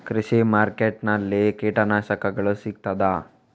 ಕೃಷಿಮಾರ್ಕೆಟ್ ನಲ್ಲಿ ಕೀಟನಾಶಕಗಳು ಸಿಗ್ತದಾ?